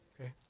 okay